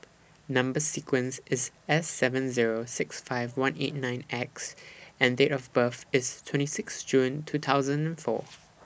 Number sequence IS S seven Zero six five one eight nine X and Date of birth IS twenty six June two thousand and four